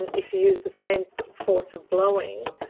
if you use the same so force of blowing,